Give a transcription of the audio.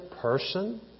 person